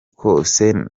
kose